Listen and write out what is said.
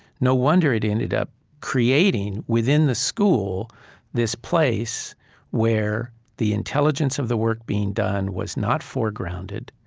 no wonder it ended up creating within the school this place where the intelligence of the work being done was not foregrounded,